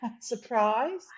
surprise